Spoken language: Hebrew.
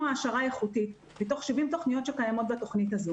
העשרה איכותית מתוך 70 תוכניות שקיימות בתוכנית קרב.